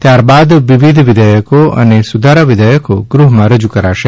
ત્યાર બાદ વિવિધ વિધેયકો અને સુધારા વિધેયકો ગૃહમાં રજૂ કરાશે